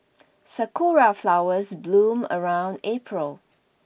sakura flowers bloom around April